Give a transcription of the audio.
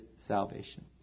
salvation